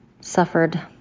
suffered